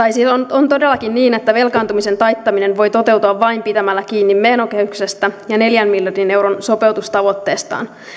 on todellakin niin että velkaantumisen taittaminen voi toteutua vain pitämällä kiinni menokehyksestä ja neljän miljardin euron sopeutustavoitteesta